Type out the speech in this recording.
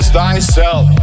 thyself